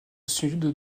sud